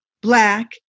black